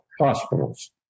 hospitals